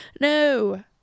No